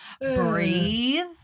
breathe